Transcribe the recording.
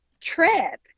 trip